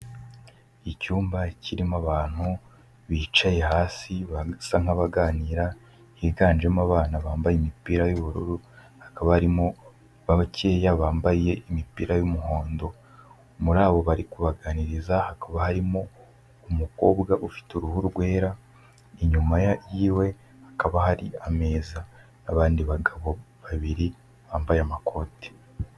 Icyumba kirimo abantu bicaye hasi basa nkabaganira, higanjemo abana bambaye imipira y'ubururu, hakaba harimo bakeya bambaye imipira y'umuhondo, muri bo bari kubaganiriza, hakaba harimo umukobwa ufite uruhu rwera, inyuma yiwe hakaba hari ameza, n'abandi bagabo babiri bambaye amakoti.